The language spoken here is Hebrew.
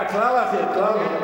לא, כל הבעיות.